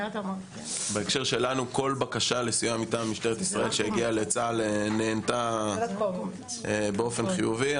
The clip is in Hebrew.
כל בקשה לסיוע מטעם משטרת ישראל שהגיעה לצה"ל נענתה באופן חיובי.